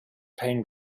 paying